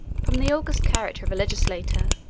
from the august character of a legislator,